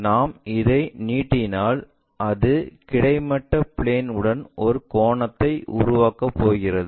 நாம் இதை நீட்டினால் அது கிடைமட்ட பிளேன் உடன் ஒரு கோணத்தை உருவாக்கப் போகிறது